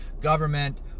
government